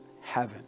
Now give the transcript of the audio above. heaven